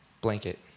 blanket